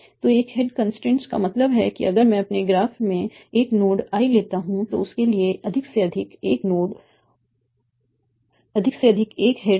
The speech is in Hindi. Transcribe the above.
तो एक हेड कंस्ट्रेंट का मतलब है कि अगर मैं अपने ग्राफ में एक नोड i लेता हूं तो उसके लिए अधिक से अधिक एक हेड हो सकते हैं